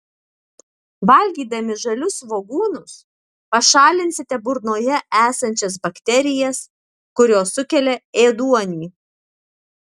valgydami žalius svogūnus pašalinsite burnoje esančias bakterijas kurios sukelia ėduonį